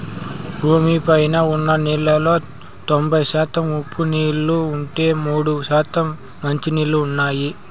భూమి పైన ఉన్న నీళ్ళలో తొంబై శాతం ఉప్పు నీళ్ళు ఉంటే, మూడు శాతం మంచి నీళ్ళు ఉన్నాయి